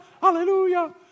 hallelujah